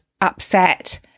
upset